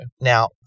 Now